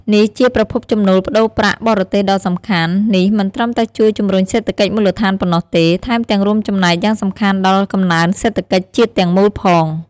នេះជាប្រភពចំណូលប្តូរប្រាក់បរទេសដ៏សំខាន់ នេះមិនត្រឹមតែជួយជំរុញសេដ្ឋកិច្ចមូលដ្ឋានប៉ុណ្ណោះទេ ថែមទាំងរួមចំណែកយ៉ាងសំខាន់ដល់កំណើនសេដ្ឋកិច្ចជាតិទាំងមូលផង។